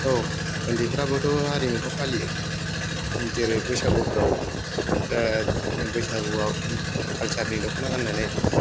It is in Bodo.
औ उन्दैफ्राबोथ' हारिमुखौ फालियो जेरै बैसागुफ्राव दा बैसागुआव कालचारनि द'खना गाननानै